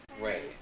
right